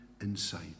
inside